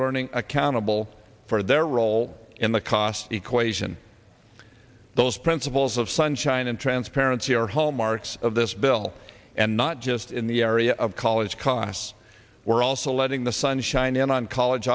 learning accountable for their role in the cost equation those principles of sunshine and transparency are hallmarks of this bill and not just in the area of college costs we're also letting the sunshine in on college